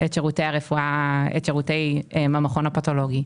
שירותי המכון הפתולוגי.